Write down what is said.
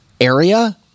area